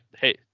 Hey